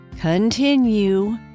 Continue